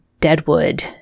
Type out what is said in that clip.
Deadwood